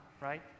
right